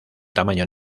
tamaño